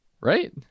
Right